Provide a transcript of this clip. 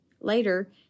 Later